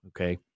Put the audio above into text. okay